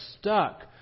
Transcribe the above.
stuck